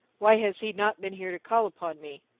why has he not been here to call upon me?